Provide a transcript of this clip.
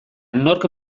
nork